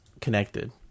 connected